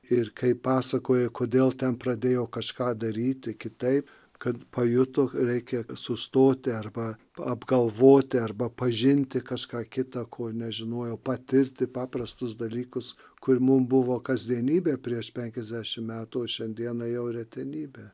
ir kaip pasakoja kodėl ten pradėjo kažką daryti kitaip kad pajuto reikia sustoti arba apgalvoti arba pažinti kažką kita ko nežinojo patirti paprastus dalykus kur mum buvo kasdienybė prieš penkiasdešim metų o šiandieną jau retenybė